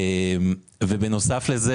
בנוסף לכך,